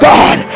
God